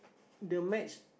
the match